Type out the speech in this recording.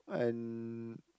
and